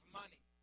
money